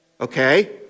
okay